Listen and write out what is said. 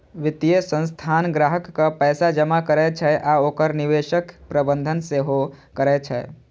वित्तीय संस्थान ग्राहकक पैसा जमा करै छै आ ओकर निवेशक प्रबंधन सेहो करै छै